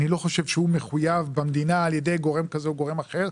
אני לא חושב שהוא מחויב במדינה על ידי גורם כזה או גורם אחר,